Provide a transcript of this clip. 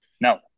No